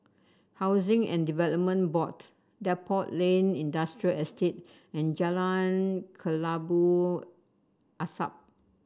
Housing and Development Board Depot Lane Industrial Estate and Jalan Kelabu Asap